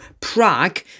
Prague